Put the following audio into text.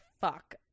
fuck